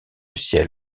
ciel